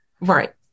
Right